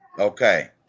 okay